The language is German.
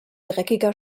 dreckiger